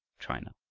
china oh,